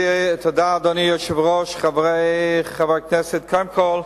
אדוני היושב-ראש, תודה, חברי הכנסת, קודם כול,